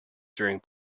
during